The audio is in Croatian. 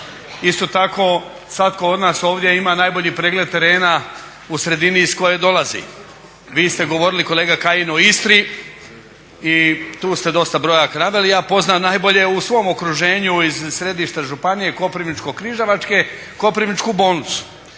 Isto tako, svatko od nas ovdje ima najbolji pregled terena u sredini iz koje dolazi. Vi ste govorili kolega Kajin o Istri i tu ste dosta brojaka naveli. Ja poznam najbolje u svom okruženju iz središta Županije koprivničko-križevačke koprivničku bolnicu,